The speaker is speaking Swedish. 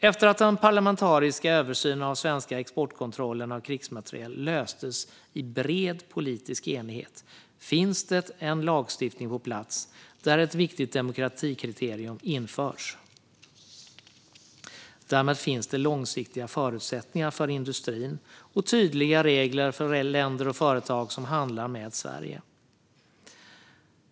Efter att den parlamentariska översynen av den svenska exportkontrollen av krigsmateriel löstes i bred politisk enighet finns nu en lagstiftning på plats där ett viktigt demokratikriterium har införts. Därmed finns det långsiktiga förutsättningar för industrin och tydliga regler för länder och företag som handlar med Sverige.